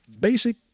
Basic